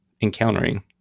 encountering